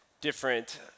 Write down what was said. different